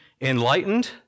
enlightened